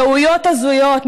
טעויות הזויות,